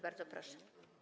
Bardzo proszę.